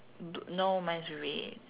do no mine is red